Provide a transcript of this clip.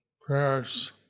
prayers